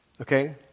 Okay